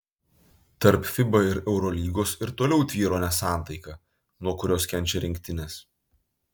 tarp fiba ir eurolygos ir toliau tvyro nesantaika nuo kurios kenčia rinktinės